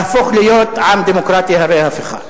יהפוך להיות עם דמוקרטי הרה-הפיכה?